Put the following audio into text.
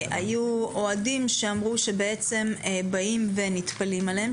היו אוהדים שאמרו שבעצם באים ונטפלים אליהם,